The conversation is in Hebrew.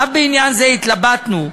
אף בעניין זה התלבטנו,